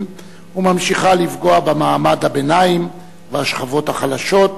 וממשיכה לפגוע במעמד הביניים ובשכבות החלשות.